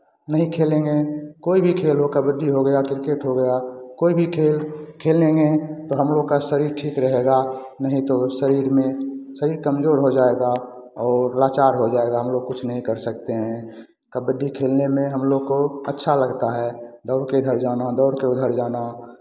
नहीं खेलेंगे कोई भी खेल हो कबड्डी हो गया क्रिकेट हो गया कोई भी खेल खेलेंगे तो हम लोग का शरीर ठीक रहेगा नहीं तो शरीर में शरीर कमजोर हो जाएगा और लाचार हो जाएगा हम लोग कुछ नहीं कर सकते हैं कबड्डी खेलने में हम लोग को अच्छा लगता है दौड़ के इधर जाना दौड़ के उधर जाना